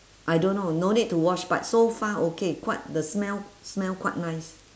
I don't know no need to wash but so far okay quite the smell smell quite nice